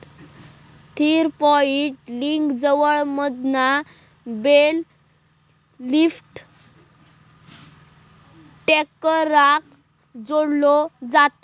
three point लिंकेजमधना bale lifter ट्रॅक्टराक जोडलो जाता